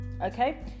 okay